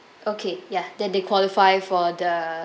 okay ya then they qualify for the